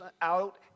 out